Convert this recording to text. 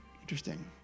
Interesting